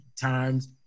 times